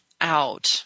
out